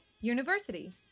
University